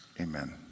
Amen